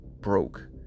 broke